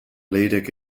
leirek